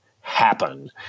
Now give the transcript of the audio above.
happen